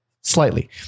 slightly